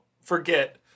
forget